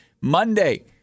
Monday